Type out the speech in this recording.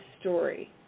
story